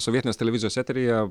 sovietinės televizijos eteryje